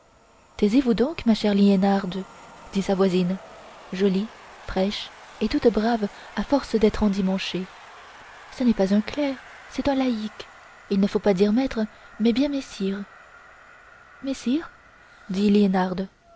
taisez-vous donc ma chère liénarde dit sa voisine jolie fraîche et toute brave à force d'être endimanchée ce n'est pas un clerc c'est un laïque il ne faut pas dire maître mais bien messire messire dit liénarde